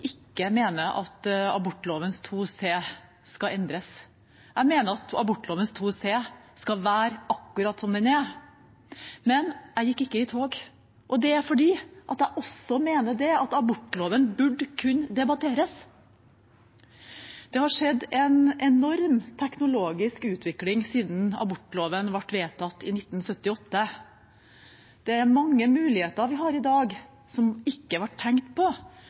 ikke mener at abortloven § 2 c skal endres. Jeg mener at abortloven § 2 c skal være akkurat som den er, men jeg gikk ikke i tog, og det er fordi jeg også mener abortloven burde kunne debatteres. Det har skjedd en enorm teknologisk utvikling siden abortloven ble vedtatt i 1978. Det er mange muligheter vi har i dag, som ikke ble tenkt på